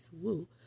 woo